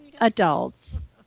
adults